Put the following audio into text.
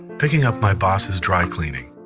picking up my boss's dry cleaning,